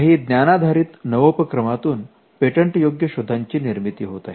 काही ज्ञानाधारित नवोपक्रमातून पेटंट योग्य शोधांची निर्मिती होत आहे